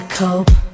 cope